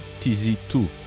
TZ2